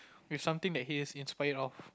you have something that he's inspired of